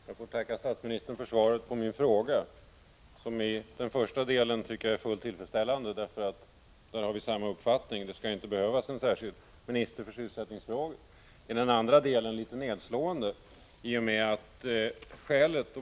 Fru talman! Jag får tacka statsministern för svaret på min fråga. Den första delen av svaret tycker jag är fullt tillfredsställande. Där har vi samma uppfattning, nämligen att det inte skall behövas en särskild minister för sysselsättningsfrågor. Den andra delen är litet nedslående.